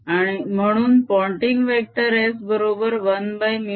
B0I2πa म्हणून Poynting vector S बरोबर 1μ0ExB होय